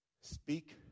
speak